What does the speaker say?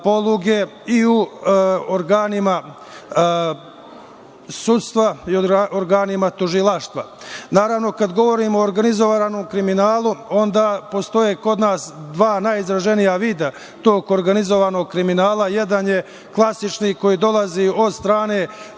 i u organima sudstva i u organima tužilaštva. Naravno, kada govorimo o organizovanom kriminalu, onda postoje kod nas dva najizraženija vida tog organizovanog kriminala. Jedan je klasični, koji dolazi od strane